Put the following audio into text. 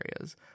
areas